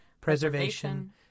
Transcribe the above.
preservation